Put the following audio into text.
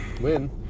win